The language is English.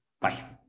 Bye